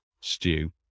stew